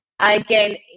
again